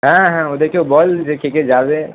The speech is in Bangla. হ্যাঁ হ্যাঁ ওদেরকেও বল যে কে কে যাবে